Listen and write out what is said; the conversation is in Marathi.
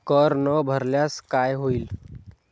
कर न भरल्यास काय होईल?